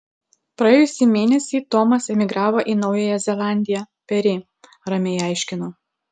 praėjusį mėnesį tomas emigravo į naująją zelandiją peri ramiai aiškinu